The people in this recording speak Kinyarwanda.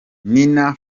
nina